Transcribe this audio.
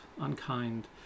unkind